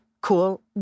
cool